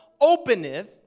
openeth